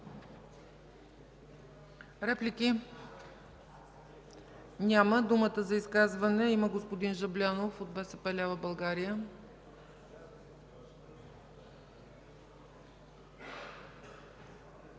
Реплики? Няма. Думата за изказване има господин Жаблянов от БСП лява България.